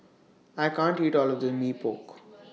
I can't eat All of This Mee Pok